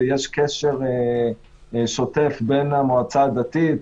ויש קשר שוטף בין המועצה הדתית,